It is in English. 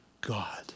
God